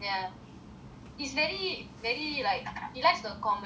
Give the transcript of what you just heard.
he is very very like he likes to accomodate to people lah